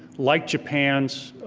like japan's,